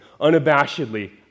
unabashedly